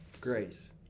grace